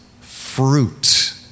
fruit